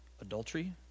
adultery